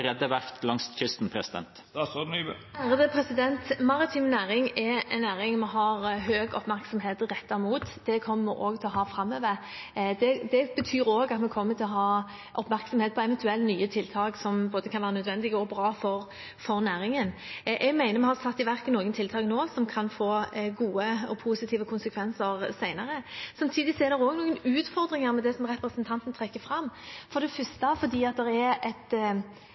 verft langs kysten? Maritim næring er en næring vi har mye oppmerksomhet rettet mot. Det kommer vi til å ha også framover. Det betyr også at vi kommer til å ha oppmerksomhet på eventuelle nye tiltak som kan være både nødvendige og bra for næringen. Jeg mener vi har satt i verk noen tiltak nå som kan få gode og positive konsekvenser senere. Samtidig er det også noen utfordringer med det som representanten Gjelsvik trekker fram. For det første fordi det er en for stor flåte på offshore-siden. Skal vi starte med kondemnering der, vil det også ha et